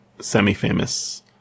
semi-famous